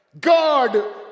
god